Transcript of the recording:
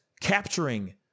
capturing